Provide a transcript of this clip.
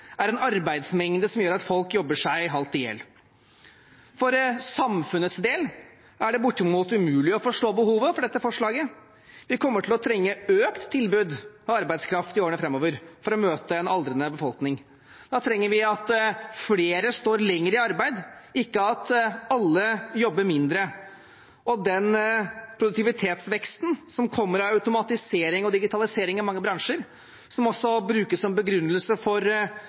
er en arbeidsmengde som gjør at folk jobber seg halvt i hjel. For samfunnets del er det bortimot umulig å forstå behovet for dette forslaget. Vi kommer til å trenge økt tilbud av arbeidskraft i årene framover for å møte en aldrende befolkning. Da trenger vi at flere står lenger i arbeid, ikke at alle jobber mindre. Og den produktivitetsveksten som kommer av automatisering og digitalisering i mange bransjer, som også brukes som begrunnelse for